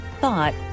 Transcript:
thought